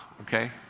Okay